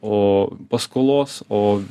o paskolos o